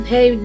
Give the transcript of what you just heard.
Hey